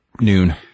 noon